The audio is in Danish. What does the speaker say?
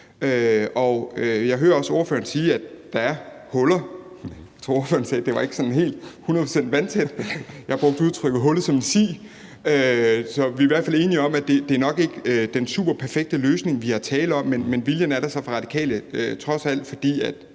jeg tror, ordføreren sagde, at det ikke var sådan helt hundrede procent vandtæt; jeg brugte udtrykket hullet som en si. Så vi er i hvert fald enige om, at det nok ikke er den super perfekte løsning, der er tale om. Men viljen er der fra Radikales side, trods alt,